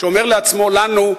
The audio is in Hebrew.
שאומר לעצמו: לנו,